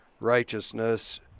righteousness